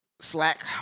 Slack